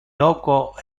loco